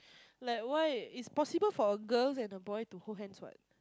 like why it's possible for a girls and boy to hold hands what